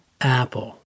Apple